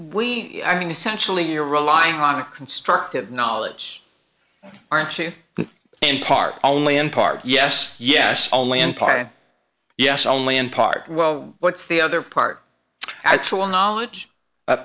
we i mean essentially you're relying on a constructive knowledge aren't you in part only in part yes yes only in part yes only in part well what's the other part actual knowledge